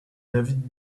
david